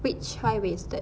which high waisted